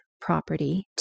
property